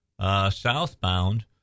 southbound